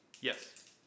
Yes